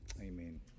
amen